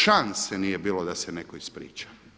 Šanse nije bilo da se netko ispriča.